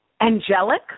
angelic